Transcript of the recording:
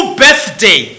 birthday